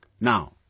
Now